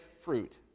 fruit